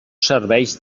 serveix